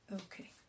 okay